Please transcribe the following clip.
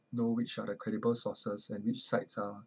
know which are the credible sources and which sites are